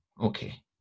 Okay